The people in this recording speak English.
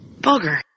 bugger